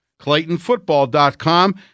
ClaytonFootball.com